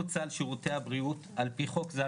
המשמעות לשיעורי הקידום זה לקדם אותם לשנת 2021. השיעורים שאנחנו